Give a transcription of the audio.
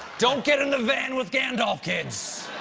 don't get in the van with gandolf, kids!